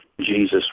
Jesus